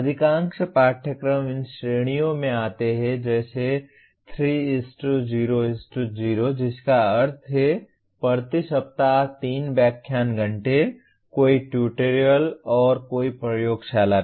अधिकांश पाठ्यक्रम इन श्रेणियों में आते हैं जैसे 3 0 0 जिसका अर्थ है प्रति सप्ताह 3 व्याख्यान घंटे कोई ट्यूटोरियल और कोई प्रयोगशाला नहीं